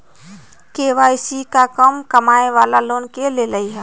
KYC का कम कमाये वाला लोग के लेल है?